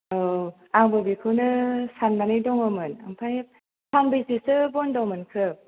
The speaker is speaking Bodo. औ आंबो बेखौनो साननानै दङमोन आमफाय सानबेसेसो बन्द मोनखो